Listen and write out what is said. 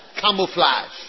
Camouflage